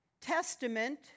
testament